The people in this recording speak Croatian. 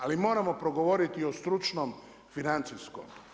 Ali moramo progovoriti i o stručnom, financijskom.